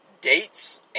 dates